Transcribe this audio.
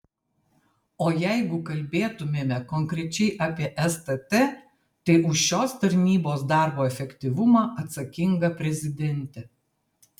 o jeigu kalbėtumėme konkrečiai apie stt tai už šios tarnybos darbo efektyvumą atsakinga prezidentė